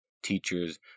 Teachers